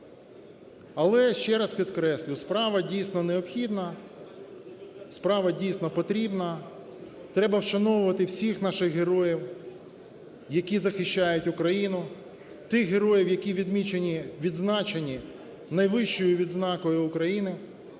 Але, ще раз підкреслюю, справа, дійсно, необхідна. Справа, дійсно, потрібна. Треба вшановувати всіх наших героїв, які захищають Україну, тих героїв, які відмічені, відзначені найвищою відзнакою України,